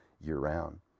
year-round